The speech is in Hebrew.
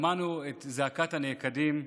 שמענו את זעקת הנעקדים,